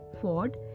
Ford